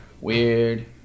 weird